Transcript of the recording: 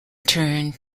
turned